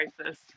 crisis